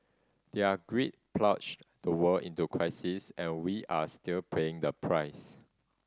their greed plunged the world into crisis and we are still paying the price